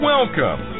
Welcome